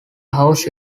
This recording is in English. house